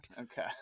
okay